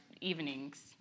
evenings